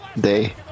day